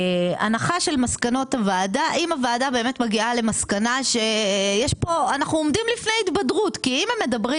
אם הוועדה באמת מגיעה למסקנה שאנחנו עומדים לפני התבדרות הם מדברים